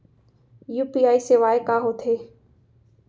UPI सेवाएं का होथे?